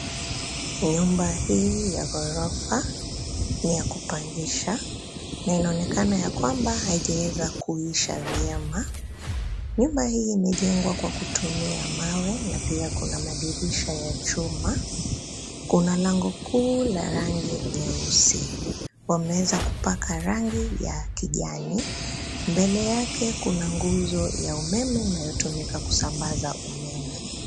Nyumba hii ya ghorofa ni ya kupangisha, na inaonekana ya kwamba haijaweza kuisha vyema. Nyumba hii imejengwa kwa kutumia mawe na pia kuna madirisha ya chuma. Kuna lango kuu la rangi nyeusi. Wameweza kupaka rangi ya kijani. Mbele yake Kuna nguzo ya umeme inayutumika kusambaza umeme.